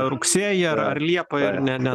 rugsėjį ar ar liepą ir ne ne